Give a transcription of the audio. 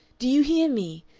do you hear me?